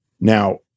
Now